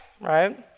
right